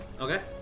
Okay